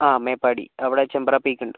ആ മേപ്പാടി അവിടെ ചെമ്പ്ര പീക്ക് ഉണ്ട്